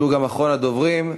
שהוא גם אחרון הדוברים.